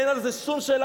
אין על זה שום שאלה,